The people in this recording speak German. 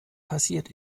passiert